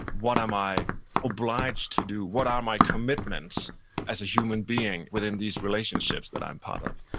what am i obliged to do? what are my commitments as a human being within these relationships that i'm part of?